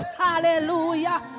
hallelujah